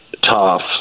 tough